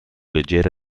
leggera